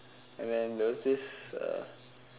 and then there was this uh